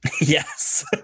Yes